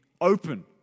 open